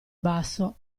basso